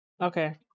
okay